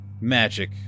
magic